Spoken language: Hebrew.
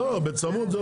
בצמוד.